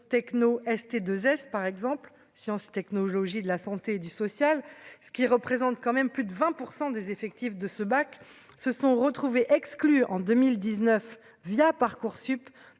bac pro techno ST2S par exemple sciences technologies de la santé et du social, ce qui représente quand même plus de 20 % des effectifs de ce bac se sont retrouvés exclus en 2019 via Parcoursup